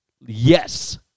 Yes